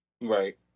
Right